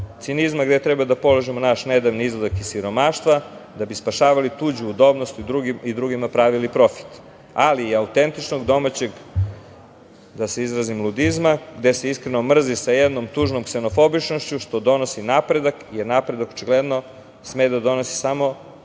cinizma gde treba da polažemo naš nedavni izlazak iz siromaštva da bi spašavali tuđu udobnost i drugima pravili profit, ali i autentičnog domaćeg, da se izrazim, ludizma gde se iskreno mrzi sa jednom tužnom ksenofobičnošću, što donosi napredak, jer napredak očigledno sme da donosi samo